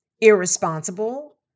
irresponsible